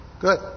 Good